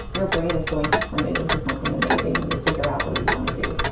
your brain is going to turn it into something amazing and you'll figure out what you want to do,